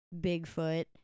Bigfoot